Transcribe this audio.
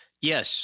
Yes